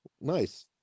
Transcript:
Nice